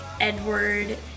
Edward